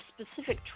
specific